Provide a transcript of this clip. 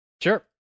Sure